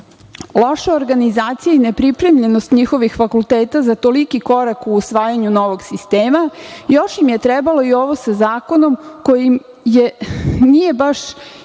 loše organizacije i nepripremljenost njihovih fakulteta za toliki korak u usvajanju novog sistema, još im je trebalo i ovo sa zakonom koji im nije baš